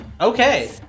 Okay